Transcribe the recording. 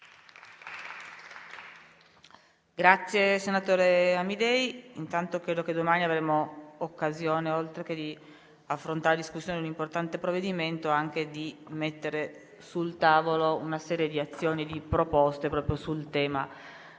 ringrazio, senatore Amidei, credo che domani avremo occasione, oltre che di affrontare la discussione di un importante provvedimento, anche di mettere sul tavolo una serie di azioni e proposte proprio sul tema